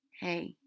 Hey